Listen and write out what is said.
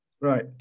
Right